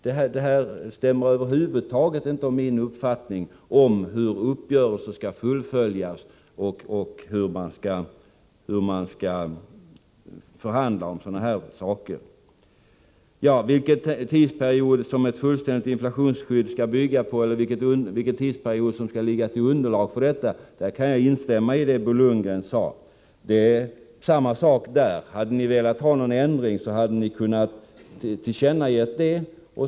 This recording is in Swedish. Det stämmer inte med min uppfattning om hur uppgörelser skall fullföljas och hur man skall förhandla om sådana här saker. När det gäller frågan vilken tidsperiod ett fullständigt inflationsskydd skall bygga på eller vilken tidsperiod som skall ligga till underlag, kan jag instämma i det som Bo Lundgren sade. Det är samma sak på den punkten. Hade ni velat ha en ändring, hade ni kunnat tillkännage det.